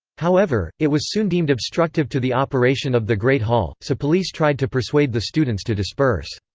however, it was soon deemed obstructive to the operation of the great hall, so police tried to persuade the students to disperse.